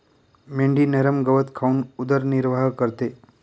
मेंढी नरम गवत खाऊन उदरनिर्वाह करते